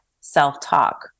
self-talk